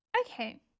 okay